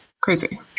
crazy